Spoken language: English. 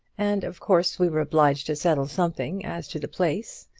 and of course we were obliged to settle something as to the place.